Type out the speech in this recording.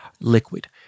liquid